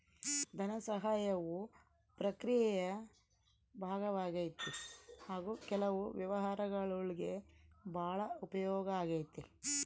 ಧನಸಹಾಯವು ಪ್ರಕ್ರಿಯೆಯ ಭಾಗವಾಗೈತಿ ಹಾಗು ಕೆಲವು ವ್ಯವಹಾರಗುಳ್ಗೆ ಭಾಳ ಉಪಯೋಗ ಆಗೈತೆ